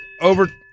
Over